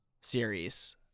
series